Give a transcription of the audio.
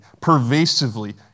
pervasively